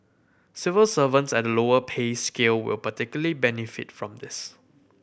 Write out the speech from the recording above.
civil servants at the lower pay scale will particularly benefit from this